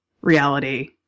reality